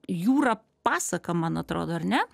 jūra pasaka man atrodo ar ne